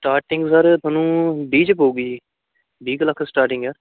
starting sir ਤੁਹਾਨੂੰ ਵੀਹ 'ਚ ਪਉਗੀ ਜੀ ਵੀਹ ਕੁ ਲੱਖ ਸਟਾਰਟਿੰਗ ਹੈ